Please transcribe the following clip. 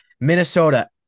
Minnesota